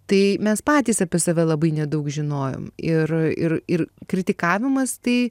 tai mes patys apie save labai nedaug žinojom ir ir ir kritikavimas tai